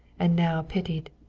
and now pitied.